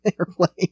airplane